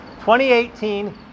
2018